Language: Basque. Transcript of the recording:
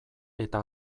eta